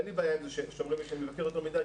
אין לי בעיה עם זה שאומרים לי שאני מבקר יותר מדי,